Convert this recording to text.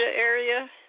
area